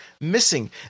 missing